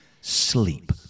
sleep